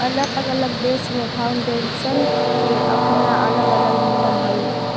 अलग अलग देश में फाउंडेशन के अपना अलग अलग नियम हई